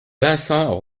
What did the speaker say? vincent